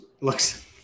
Looks